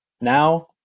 Now